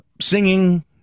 singing